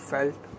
Felt